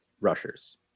rushers